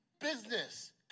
business